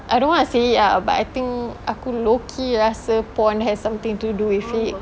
I don't want to say it ah but I think aku low-key rasa porn has something to do with it because